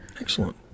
Excellent